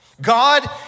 God